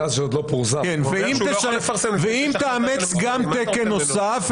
ואם תאמץ גם תקן נוסף,